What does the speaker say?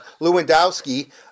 Lewandowski